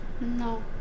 No